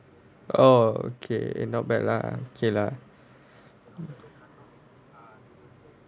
orh okay not bad lah okay lah